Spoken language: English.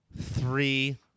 three